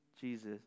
Jesus